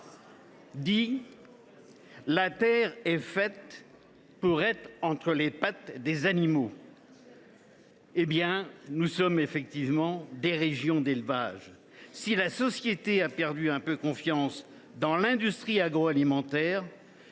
:« La terre est faite pour être entre les pattes des animaux !» Nous sommes en effet dans des régions d’élevage. Si la société a perdu un peu confiance dans l’industrie agroalimentaire,